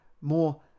more